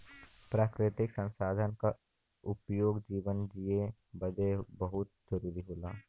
प्राकृतिक संसाधन क उपयोग जीवन जिए बदे बहुत जरुरी होला